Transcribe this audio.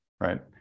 Right